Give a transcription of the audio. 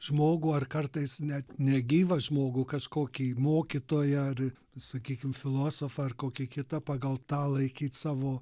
žmogų ar kartais net negyvą žmogų kažkokį mokytoją ar sakykim filosofą ar kokį kitą pagal tą laikyt savo